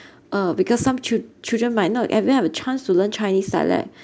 uh because some chil~children might not ever ever have a chance to learn chinese dialect